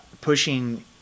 pushing